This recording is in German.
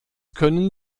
können